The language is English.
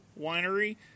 Winery